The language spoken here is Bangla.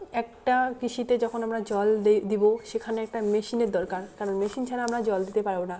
একটা কৃষিতে যখন আমরা জল দেবো সেখানে একটা মেশিনের দরকার কারণ মেশিন ছাড়া আমরা জল দিতে পারবো না